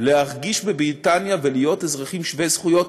להרגיש ולהיות בבריטניה אזרחים שווי זכויות,